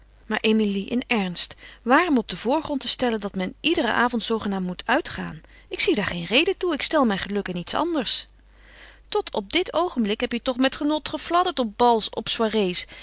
maar emilie in ernst waarom op den voorgrond te stellen dat men iederen avond zoogenaamd moet uitgaan ik zie daar geen reden toe ik stel mijn geluk in iets anders tot op dit oogenblik heb je toch met genot gefladderd op bals op